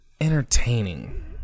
entertaining